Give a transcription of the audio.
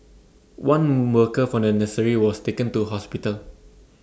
one worker from the nursery was taken to hospital